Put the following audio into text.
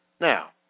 Now